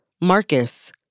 Marcus